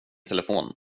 telefon